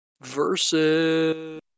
versus